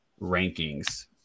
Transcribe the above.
rankings